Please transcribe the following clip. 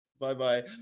Bye-bye